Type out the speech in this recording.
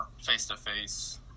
face-to-face